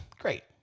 Great